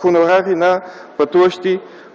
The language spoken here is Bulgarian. хонорари на пътуващи